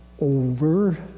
over